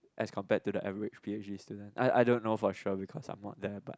as compared to the average P_H_D student I I don't know for sure because I'm not there but